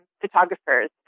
photographers